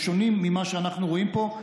הם שונים ממה שאנחנו רואים פה,